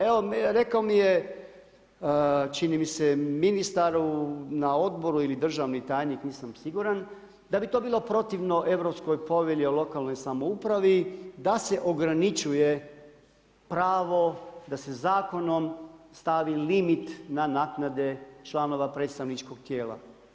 Evo rekao mi je čini mi se ministar na odboru ili državni tajnik nisam siguran da bi to bilo protivno Europskoj povelji o lokalnoj samoupravi, da se ograničuje pravo, da se zakonom stavi limit na naknade članova predstavničkog tijela.